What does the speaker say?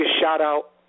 shout-out